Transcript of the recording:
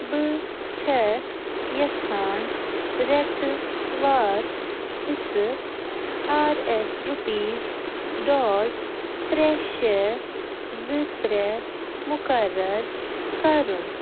بہٕ چھیٚس یَژھان ریٚتہٕ وار حِصہٕ آر ایٚس رُپیٖز ڈاٹ ترٛےٚ شےٚ زٕ ترٛےٚ مُقرر کَرُن